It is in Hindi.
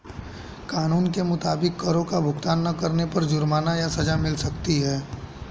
कानून के मुताबिक, करो का भुगतान ना करने पर जुर्माना या सज़ा मिल सकती है